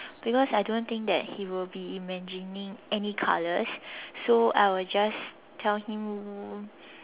because I don't think that he will be imagining any colors so I will just tell him